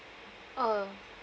oh why